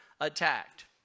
attacked